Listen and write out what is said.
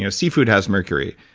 ah seafood has mercury,